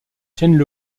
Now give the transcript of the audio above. tiennent